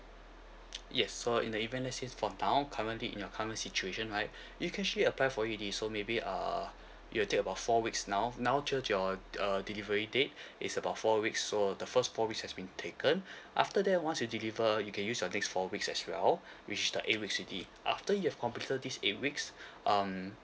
yes so in the event let say for town currently in your current situation right you can actually apply for it already so maybe uh it will take about four weeks now now just your uh delivery date is about four weeks so the first four weeks has been taken after that once you deliver you can use the next four weeks as well which the eight weeks already after you've completed this eight weeks um